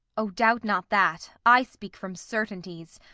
o, doubt not that i speak from certainties.